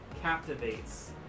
captivates